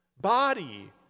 body